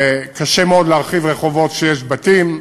קשה מאוד להרחיב רחובות כשיש בתים,